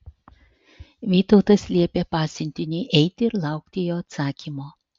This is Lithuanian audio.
vytautas liepė pasiuntiniui eiti ir laukti jo atsakymo